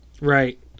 Right